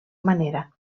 manera